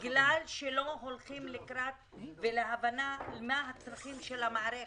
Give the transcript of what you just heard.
בגלל שלא הולכים לקראתם ולא מבינים מה הצרכים של המערכת.